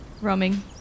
roaming